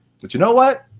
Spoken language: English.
but you know what?